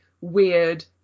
weird